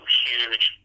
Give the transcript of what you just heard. huge